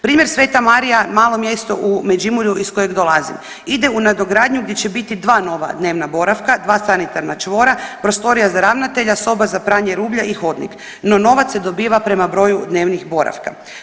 Primjer Sveta Marija, malo mjesto u Međimurju iz kojeg dolazim ide u nadogradnju gdje će biti dva nova dnevna boravka, dva sanitarna čvora, prostorija za ravnatelja, soba za pranje rublja i hodnik, no novac se dobiva prema broju dnevnih boravka.